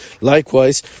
Likewise